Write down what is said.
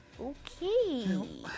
Okay